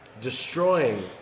destroying